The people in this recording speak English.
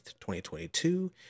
2022